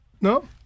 No